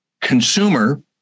Consumer